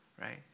Right